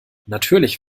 natürlich